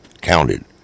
counted